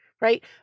right